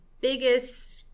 biggest